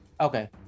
okay